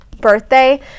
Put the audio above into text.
birthday